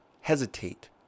hesitate